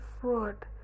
fraud